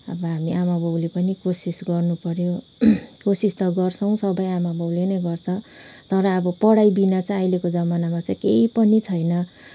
अब हामी आमाबाउले पनि कोसिस गर्नु पऱ्यो कोसिस त गर्छौँ सबै आमाबाउले नै गर्छ तर अब पढाइ बिना चाहिँ अहिलेको जमानामा चाहिँ केही पनि छैन